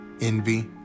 envy